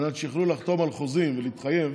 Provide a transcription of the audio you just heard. על מנת שיוכלו לחתום על חוזים ולהתחייב,